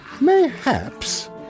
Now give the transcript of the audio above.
mayhaps